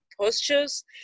postures